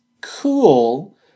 cool